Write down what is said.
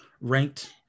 ranked